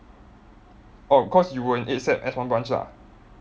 orh cause you were in eight sec S one branch lah